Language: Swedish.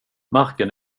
marken